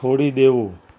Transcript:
છોડી દેવું